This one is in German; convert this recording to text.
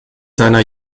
seiner